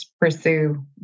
pursue